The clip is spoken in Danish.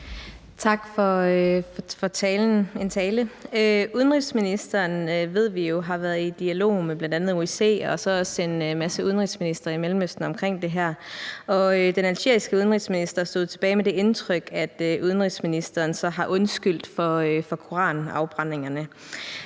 ved jo, at udenrigsministeren har været i dialog med bl.a. OIC og også med en masse udenrigsministre i Mellemøsten omkring det her, og den algeriske udenrigsminister stod tilbage med det indtryk, at udenrigsministeren så har undskyldt for koranafbrændingerne.